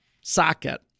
socket